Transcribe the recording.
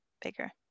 bigger